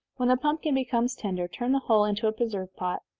when the pumpkin becomes tender, turn the whole into a preserve pot.